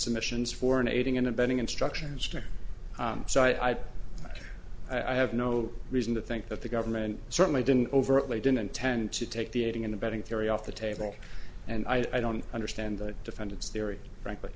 submissions for an aiding and abetting instructions so i i have no reason to think that the government certainly didn't over at least didn't intend to take the aiding and abetting theory off the table and i don't understand the defendant's theory frankly